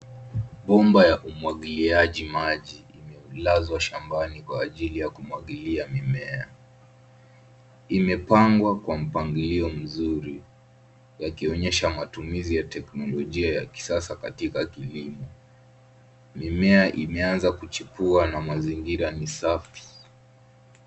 Bomba ya umwagiliaji maji imelazwa shambani kwa ajili ya kumwagilia mimea. Imepangwa kwa mpangilio mzuri, yakionyesha matumizi ya teknolojia ya kisasa katika kilimo. Mimea imeanza kuchipua na mazingira ni safi.